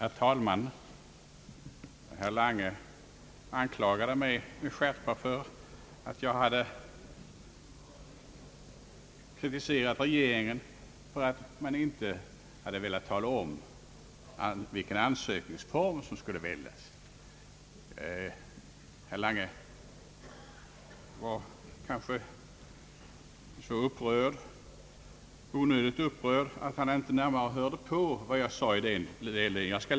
Herr talman! Herr Lange anklagade mig med skärpa för att jag hade kritiserat att regeringen inte hade velat tala om vilken ansökningsform som skulle väljas. Herr Lange var kanske — helt onödigt — så upprörd att han inte närmare lyssnade till vad jag sade.